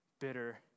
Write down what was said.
Bitter